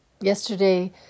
yesterday